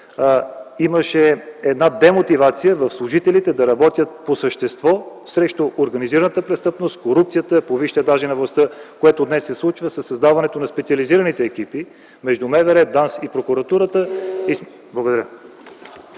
имаше една демотивация у служителите да работят по същество срещу организираната престъпност и корупцията по висшите етажи на властта, което днес се случва със създаването на специализираните екипи между МВР, ДАНС и прокуратурата. Благодаря.